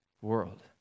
world